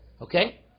Okay